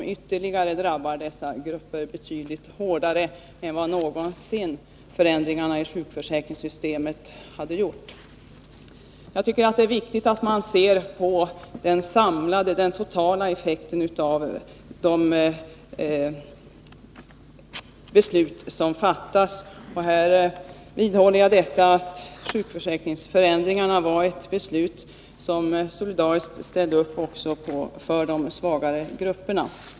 Detta drabbar dessa grupper betydligt hårdare än vad någonsin förändringarna i sjukförsäkringssystemet hade gjort. Jag tycker att 167 det är viktigt att man ser på den totala effekten av de beslut som fattats, och jag vidhåller att beslutet om sjukförsäkringsförändringarna innebar att man solidariskt ställde upp också för de svaga grupperna.